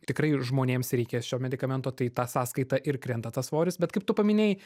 tikrai ir žmonėms reikia šio medikamento tai ta sąskaita ir krenta tas svoris bet kaip tu paminėjai